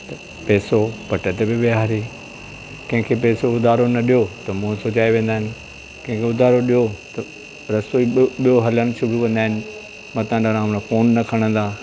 त पेसो पट ते बि वेहारे कंहिंखे पैसो उधारो न ॾियो त मुंहुं सुजाए वेंदा आहिनि कंहिंखे उधारु ॾियो त रस्तो ई ॿियो हलनि शुरू कंदा आहिनि न त फोन न खणंदा